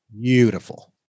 Beautiful